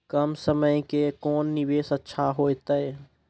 कम समय के कोंन निवेश अच्छा होइतै?